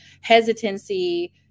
hesitancy